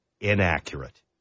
inaccurate